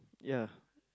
yeah